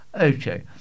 Okay